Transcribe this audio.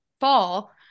fall